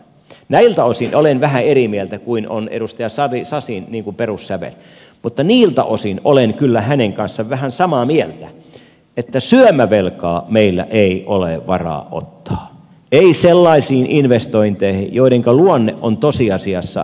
näiltä osin olen vähän eri mieltä kuin on edustaja sasin perussävel mutta niiltä osin olen kyllä hänen kanssaan vähän samaa mieltä että syömävelkaa meillä ei ole varaa ottaa ei sellaisiin investointeihin joidenka luonne on tosiasiassa syömävelkaluonne